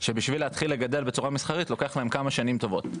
שבשביל להתחיל ולגדל בצורה מסחרית לוקח להן כמה שנים טובות.